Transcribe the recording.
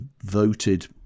voted